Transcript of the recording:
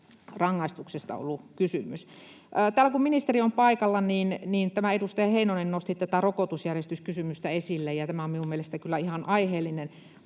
rangaistuksesta ollut kysymys. Täällä kun ministeri on paikalla, niin totean, kun edustaja Heinonen nosti tätä rokotusjärjestyskysymystä esille, että tämä on minun mielestäni kyllä ihan aiheellinen